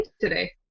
today